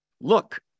Look